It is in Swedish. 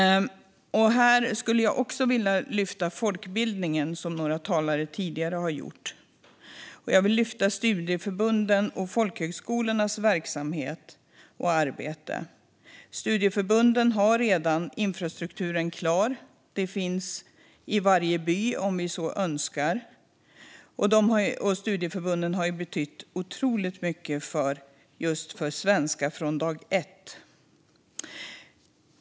Här skulle jag vilja lyfta fram folkbildningen, som några tidigare talare gjort. Jag vill lyfta fram studieförbundens och folkhögskolornas verksamhet och arbete. Studieförbunden har redan infrastrukturen klar. Den finns i varje by, om vi så önskar. Studieförbunden har betytt otroligt mycket för Svenska från dag ett.